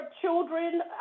children